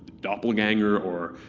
doppelganger or